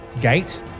gate